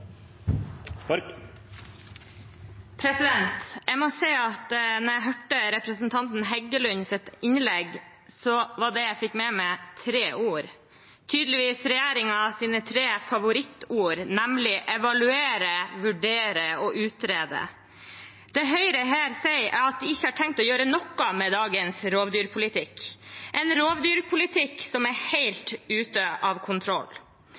Jeg må si at da jeg hørte representanten Heggelunds innlegg, var det jeg fikk med meg, tre ord – tydeligvis regjeringens tre favorittord – nemlig: evaluere, vurdere og utrede. Det Høyre her sier, er at de ikke har tenkt å gjøre noe med dagens rovdyrpolitikk, en rovdyrpolitikk som er helt ute av kontroll.